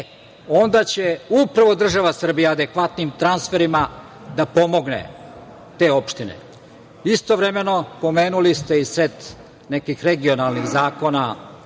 Onda će upravo država Srbija adekvatnim transferima da pomogne te opštine. Istovremeno, pomenuli ste i set nekih regionalnih zakona